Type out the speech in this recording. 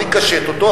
לקשט אותו,